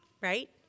right